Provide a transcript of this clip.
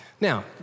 Now